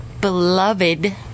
beloved